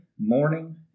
Morning